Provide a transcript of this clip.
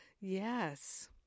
Yes